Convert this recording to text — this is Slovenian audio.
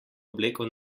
obleko